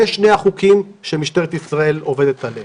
זה שני החוקים שמשטרת ישראל עובדת על פיהם.